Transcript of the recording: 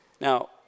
Now